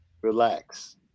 relax